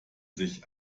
sich